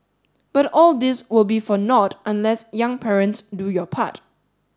but all this will be for nought unless young parents do your part